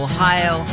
Ohio